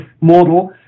model